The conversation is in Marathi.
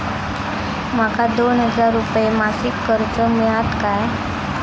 माका दोन हजार रुपये मासिक कर्ज मिळात काय?